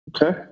Okay